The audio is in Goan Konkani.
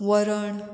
वरण